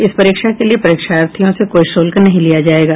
इस परीक्षा के लिये विद्यार्थियों से कोई शुल्क नहीं लिया जायेगा